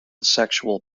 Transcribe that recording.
sexual